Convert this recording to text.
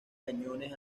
cañones